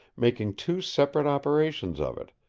making two separate operations of it,